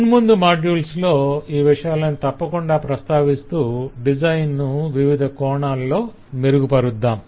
మున్ముందు మాడ్యుల్స్ లో ఈ విషయాలని తప్పకుండా ప్రస్తావిస్తూ డిజైన్ ను వివిధ కోణాల్లో మెరుగుపరుద్దాం